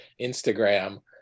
instagram